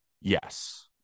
Yes